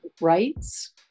rights